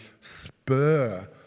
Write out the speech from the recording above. spur